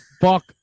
fuck